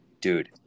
dude